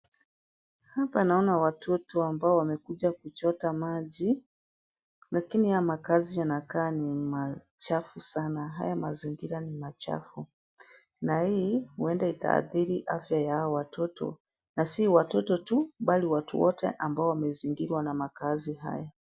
Hapa naona watoto ambao wamekuja kuchota maji, lakini haya makazi yanakaa ni machafu sana. Haya mazigira ni machafu na hii huenda, ikaadhiri afya ya hao watoto na si watoto tu bali watu wote ambao wamezingirwa na makazi haya.